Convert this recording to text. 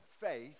faith